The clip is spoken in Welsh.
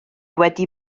wedi